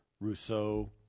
Rousseau